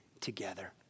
together